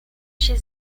się